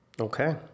Okay